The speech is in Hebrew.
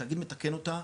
התאגיד מתקן אותה,